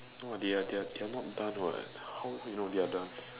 what they are they are not done what how you know they are done